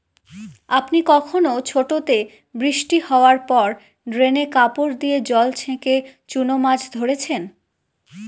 আপনি কখনও ছোটোতে বৃষ্টি হাওয়ার পর ড্রেনে কাপড় দিয়ে জল ছেঁকে চুনো মাছ ধরেছেন?